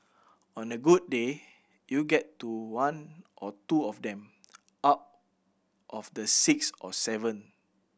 on a good day you get to one or two of them out of the six or seven